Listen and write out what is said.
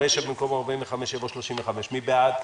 ברישה, במקום "45" יבוא "35" מי בעד?